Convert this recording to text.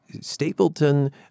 Stapleton